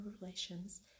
relations